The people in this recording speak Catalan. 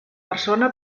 persona